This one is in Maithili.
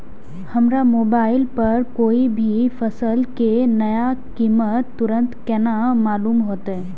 हमरा मोबाइल पर कोई भी फसल के नया कीमत तुरंत केना मालूम होते?